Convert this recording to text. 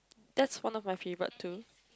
that's one of my favourite too